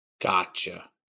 Gotcha